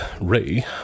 Ray